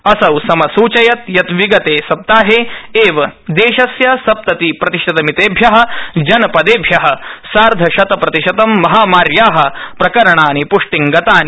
असौ समसूचयत् यत् विगते एक सप्ताहे एव देशस्य सप्तति प्रतिशत मितेभ्यः जनपदेभ्यः सार्ध शत प्रतिशतं महामार्या प्रकरणानि पृष्टिंगतानि